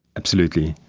absolutely.